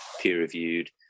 peer-reviewed